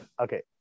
Okay